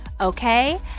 Okay